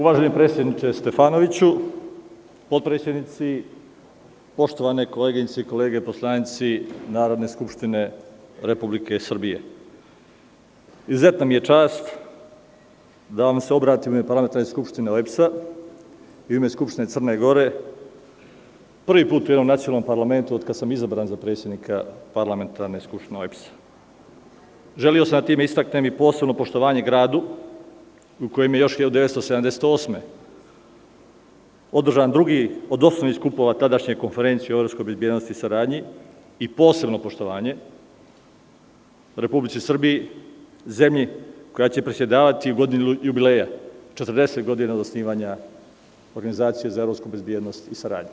Uvaženi predsedniče Stefanoviću, potpredsednici, poštovane koleginice i kolege poslanici Narodne skupštine Republike Srbije, izuzetna mi je čast da vam se obratim u ime Parlamentarne skupštine OEBS–a i u ime Skupštine Crne Gore po prvi put u nacionalnom parlamentu od kada sam izabran za predsednika Parlamentarne skupštine OEBS–a. Želeo sam time da istaknem posebno poštovanje gradu u kojem je još od 1978. godine održan drugi od osnovnih skupova tadašnje konferencije o evropskoj bezbednosti i saradnji i posebno poštovanje Republici Srbiji, zemlji koja će predsedavati u godini jubileja, četrdeset godina od osnivanja Organizacije za evropsku bezbednost i saradnju.